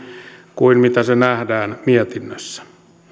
kuin se nähdään mietinnössä